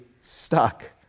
stuck